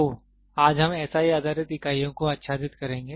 तो आज हम SI आधारित इकाइयों को आच्छादित करेंगे